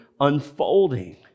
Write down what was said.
unfolding